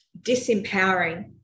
disempowering